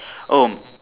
oh